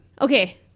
Okay